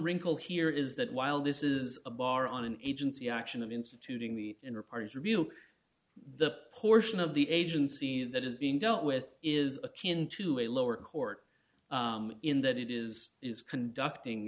wrinkle here is that while this is a bar on an agency action of instituting the inner parties review the portion of the agency that is being dealt with is akin to a lower court in that it is it's conducting